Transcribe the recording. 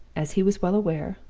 as he was well aware,